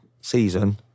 season